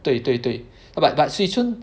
对对对 but but but Swee-Choon